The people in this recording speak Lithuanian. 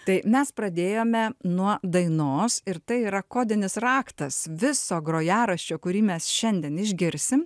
tai mes pradėjome nuo dainos ir tai yra kodinis raktas viso grojaraščio kurį mes šiandien išgirsim